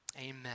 Amen